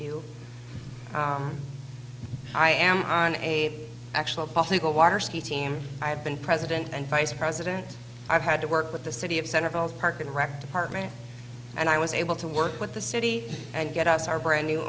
do i am on a actual legal water ski team i have been president and vice president i've had to work with the city of central park and wrecked apartment and i was able to work with the city and get us our brand new